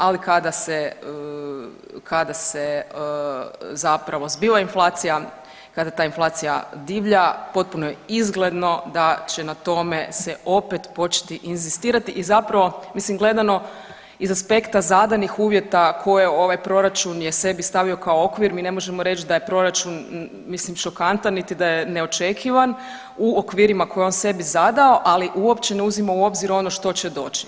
Ali kada se zapravo zbiva inflacija, kada ta inflacija divlja potpuno je izgledno da će na tome se opet početi inzistirati i zapravo mislim gledano iz aspekta zadanih uvjeta koje ovaj proračun je sebi stavio kao okvir mi ne možemo reći da je proračun šokantan niti da je očekivan u okvirima koje je on sebi zadao, ali uopće ne uzima u obzir ono što će doći.